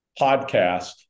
podcast